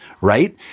right